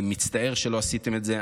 אני מצטער שלא עשיתם את זה,